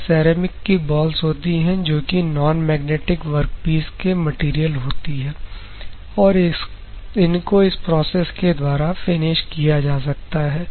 यह सेरेमिक की बॉल्स होती है जो कि नॉनमैग्नेटिक वर्कपीस के मटेरियल होती है और इनको इस प्रोसेस के द्वारा फिनिश किया जा सकता है